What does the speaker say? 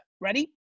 ready